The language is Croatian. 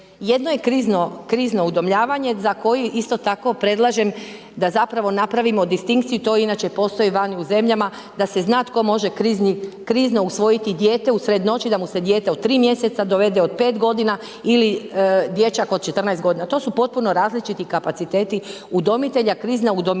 Jedno je krizno udomljavanje za koji isto tako predlažem da zapravo napravimo distinkciju, to inače postoji vani u zemljama da se zna tko može krizno usvojiti dijete usred noći da mu se dijete od 3 mjeseca dovede, od 5 godina ili dječak od 14 godina. To su potpuno različitih kapaciteti udomitelja, krizna udomljavanja